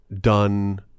done